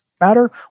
matter